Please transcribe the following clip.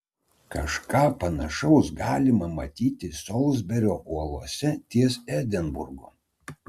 kažką panašaus galima matyti solsberio uolose ties edinburgu